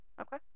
Okay